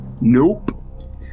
Nope